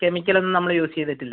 കെമിക്കലൊന്നും നമ്മള് യൂസെയ്തിട്ടില്ല